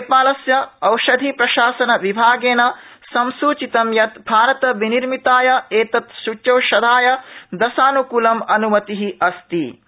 नेपालस्य औषधि प्रशासन विभागेन संसूचितं यत भारतनिर्मिताय एतद सूच्यौषधाय दशानुकूलम अनुमति प्रदत्ता